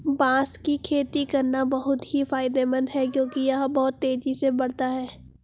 बांस की खेती करना बहुत ही फायदेमंद है क्योंकि यह बहुत तेजी से बढ़ता है